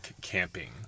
camping